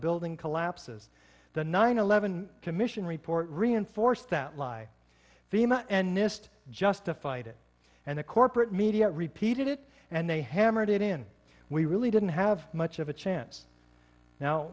building collapses the nine eleven commission report reinforced that lie thema and nist justified it and the corporate media repeated it and they hammered it in we really didn't have much of a chance now